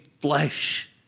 flesh